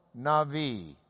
navi